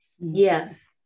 Yes